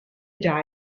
già